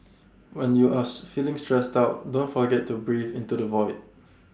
when you are feeling stressed out don't forget to breathe into the void